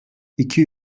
i̇ki